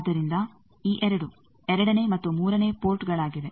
ಆದ್ದರಿಂದ ಈ 2 2ನೇ ಮತ್ತು 3ನೇ ಪೋರ್ಟ್ಗಳಾಗಿವೆ